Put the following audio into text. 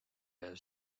veel